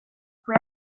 fue